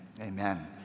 amen